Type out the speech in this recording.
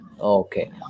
okay